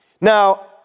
Now